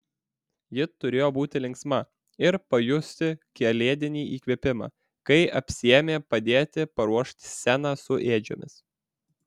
ji turėjo būti linksma ir pajusti kalėdinį įkvėpimą kai apsiėmė padėti paruošti sceną su ėdžiomis